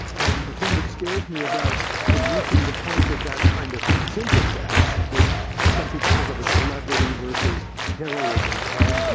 and the thing that scares me about it reaching the point of that kind of syntheses, which some people think of a celebrity versus heroism, right?